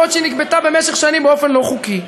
שהיא נגבתה במשך שנים באופן לא חוקי,